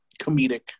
comedic